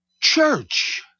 church